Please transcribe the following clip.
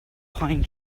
pine